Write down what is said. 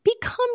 become